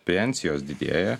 pensijos didėja